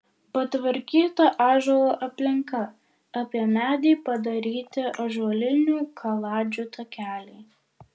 patvarkyta ąžuolo aplinka apie medį padaryti ąžuolinių kaladžių takeliai